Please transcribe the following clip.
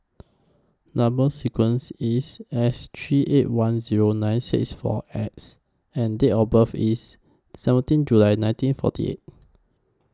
Number sequence IS S three eight one Zero nine six four X and Date of birth IS seventeen July nineteen forty eight